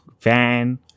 van